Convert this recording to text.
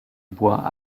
bois